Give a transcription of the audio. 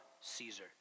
Caesar